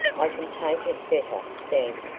i can take it better standing,